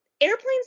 Airplanes